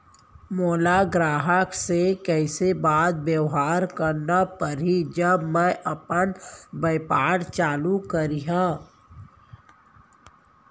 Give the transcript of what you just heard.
मोला ग्राहक से कइसे बात बेवहार करना पड़ही जब मैं अपन व्यापार चालू करिहा?